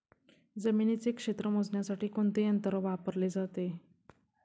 जमिनीचे क्षेत्र मोजण्यासाठी कोणते यंत्र वापरले जाते?